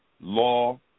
law